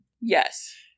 Yes